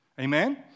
Amen